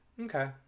Okay